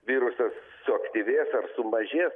virusas suaktyvės sumažės